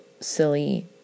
silly